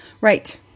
Right